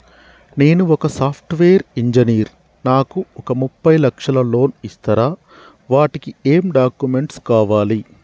నేను ఒక software engineer నాకు ఒక ముప్పై లక్షల లోన్ ఇస్తరా? వాటికి ఏం డాక్యుమెంట్స్ కావాలి?